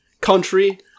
country